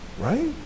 right